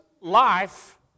life